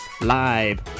live